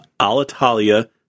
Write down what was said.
Alitalia